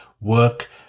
work